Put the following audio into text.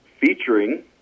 featuring